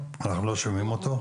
אני שמח לשמוע את מה שהציגו כאן,